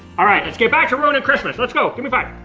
alright. let's get back to ruining christmas. let's go. gimme five!